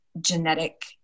Genetic